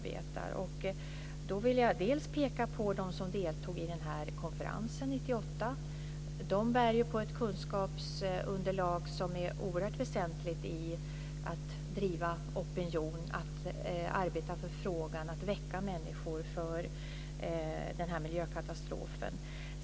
Jag vill peka på dem som deltog i konferensen 1998. De bär på ett kunskapsunderlag som är oerhört väsentligt när det gäller att driva opinion, arbeta för frågan och väcka människor när det gäller denna miljökatastrof.